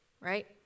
right